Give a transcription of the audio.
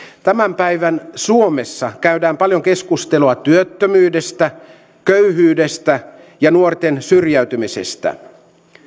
tämän päivän suomessa käydään paljon keskustelua työttömyydestä köyhyydestä ja nuorten syrjäytymisestä